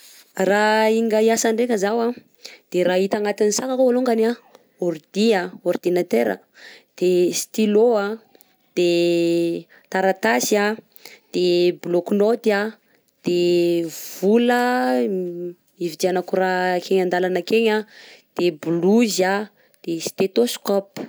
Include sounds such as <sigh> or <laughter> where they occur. Raha hinga hiasa ndraika zaho a, de raha hita agnatin'ny sakako alongany a, de ordi a ordinateure, de stylo a, de taratasy a, de bloc note a, de vola a <hesitation> ividianako raha akeny an-dalana akegny a, de blouse a de stetôscôpe.